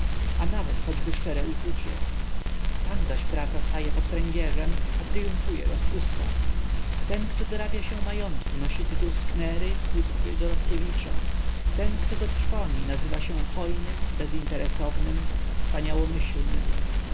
a nawet choćby szczere uczucie tam zaś praca staje pod pręgierzem a tryumfuje rozpusta ten kto dorabia się majątku nosi tytuł sknery kutwy dorobkiewicza ten kto go trwoni nazywa się hojnym bezinteresownym wspaniałomyślnym